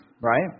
right